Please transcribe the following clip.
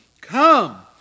Come